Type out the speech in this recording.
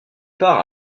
part